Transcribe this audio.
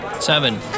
Seven